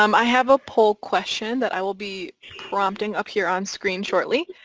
um i have a poll question that i will be prompting up here on screen shortly.